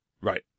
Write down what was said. Right